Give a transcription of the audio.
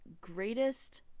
greatest